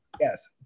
Yes